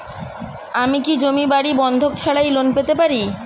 আমি কি জমি বাড়ি বন্ধক ছাড়াই লোন পেতে পারি?